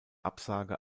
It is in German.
absage